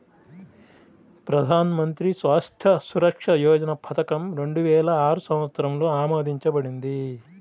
ప్రధాన్ మంత్రి స్వాస్థ్య సురక్ష యోజన పథకం రెండు వేల ఆరు సంవత్సరంలో ఆమోదించబడింది